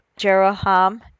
Jeroham